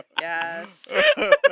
Yes